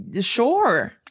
sure